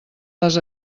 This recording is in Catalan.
les